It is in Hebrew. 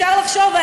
אפשר לחשוב,